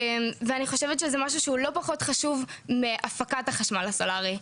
ואני חושבת שזה משהו שזה לא פחות חשוב מהפקת החשמל הסולרי.